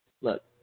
Look